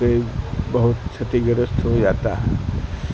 سے بہت چھتی گرست ہو جاتا ہے